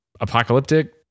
apocalyptic